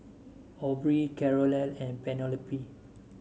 Aubrie Carole and Penelope